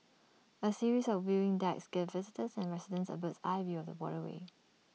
A series of viewing decks gives visitors and residents A bird's eye view of the waterway